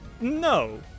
No